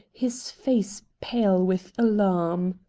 his face pale with alarm.